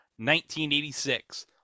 1986